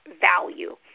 value